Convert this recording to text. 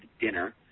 dinner